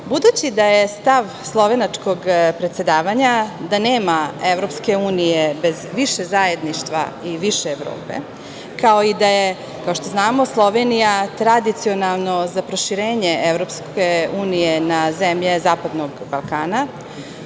Budući da je stav slovenačkog predsedavanja da nema EU bez više zajedništva i više Evrope, kao i da je, kao što znamo, Slovenija tradicionalno za proširenje EU na zemlje Zapadnog Balkana,